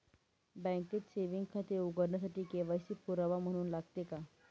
बँकेत सेविंग खाते उघडण्यासाठी के.वाय.सी पुरावा म्हणून लागते का?